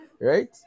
Right